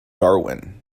darwin